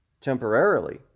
temporarily